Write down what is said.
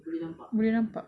boleh nampak